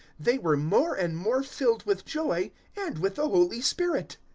they were more and more filled with joy and with the holy spirit.